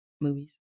movies